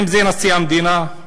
אם נשיא המדינה,